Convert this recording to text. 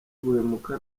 guhemuka